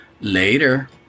Later